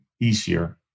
easier